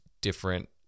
different